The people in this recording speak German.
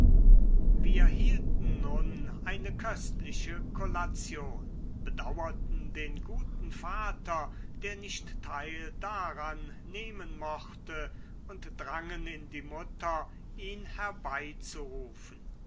wir hielten nun eine köstliche kollation bedauerten den guten vater der nicht teil daran nehmen mochte und drangen in die mutter ihn herbeizurufen